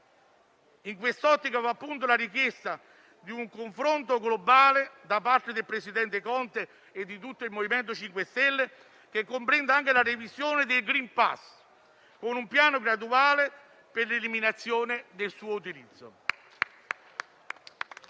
In quest'ottica va la richiesta di un confronto globale da parte del presidente Conte e di tutto il MoVimento 5 Stelle, che comprenda anche la revisione del *green* *pass*, con un piano graduale per l'eliminazione del suo utilizzo.